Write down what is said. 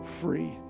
free